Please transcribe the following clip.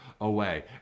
away